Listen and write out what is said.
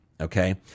okay